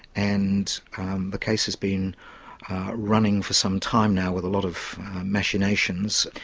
and the case has been running for some time now, with a lot of machinations,